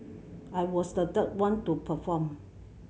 I was the third one to perform